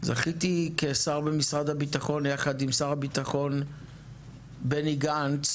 זכיתי כשר במשרד הביטחון יחד עם שר הביטחון בני גנץ,